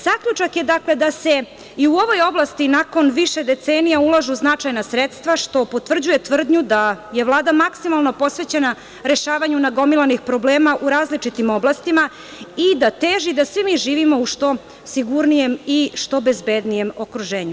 Zaključak je, dakle, da se i u ovoj oblasti, nakon više decenija, ulažu značajna sredstva, što potvrđuje tvrdnju da je Vlada maksimalno posvećena rešavanju nagomilanih problema u različitim oblastima i da teži da svi mi živimo u što sigurnijem i što bezbednijem okruženju.